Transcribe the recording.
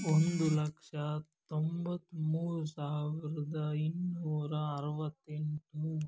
ಒಂದು ಲಕ್ಷ ತೊಂಬತ್ತ್ಮೂರು ಸಾವಿರದ ಇನ್ನೂರ ಅರುವತ್ತೆಂಟು